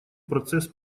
процесс